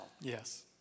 Yes